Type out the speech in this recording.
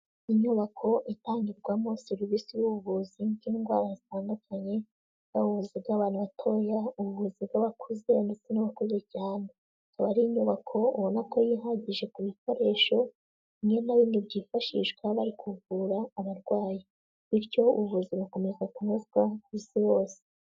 Inyubako itangirwamo serivisi z'ubuvuzi bw'indwara zitandukanye. Ni ubuvuzi bw'abantu batoya, ubuvuzi bw'abakuze ndetse n'abakuze cyane. Hari inyubako ubona ko yihagije ku bikoresho bimwe na bimwe byifashishwa bari kuvura abarwayi. Bityo ubuvuzi bukomeje kunozwa ku isi hose.